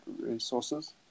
resources